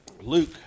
Luke